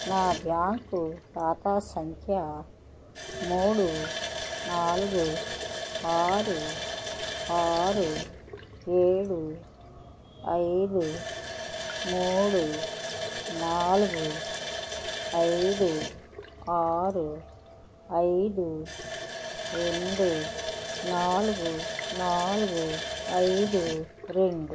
నా బ్యాంకు ఖాతా సంఖ్య మూడు నాలుగు ఆరు ఆరు ఏడు ఐదు మూడు నాలుగు ఐదు ఆరు ఐదు రెండు నాలుగు నాలుగు ఐదు రెండు